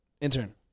Intern